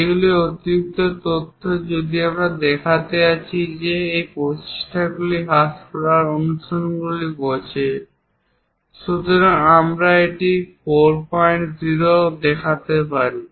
এইগুলি অতিরিক্ত তথ্য যদি আমরা দেখাতে যাচ্ছি যে এটি এই প্রচেষ্টাগুলিকে হ্রাস করার অনুশীলনগুলি বোঝে। সুতরাং আমরা এটিকে 40ও দেখাতে পারি